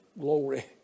Glory